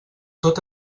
tot